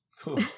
Cool